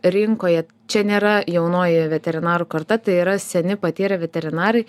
rinkoje čia nėra jaunoji veterinarų karta tai yra seni patyrę veterinarai